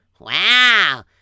Wow